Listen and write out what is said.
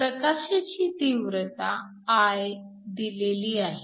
प्रकाशाची तीव्रता I दिलेली आहे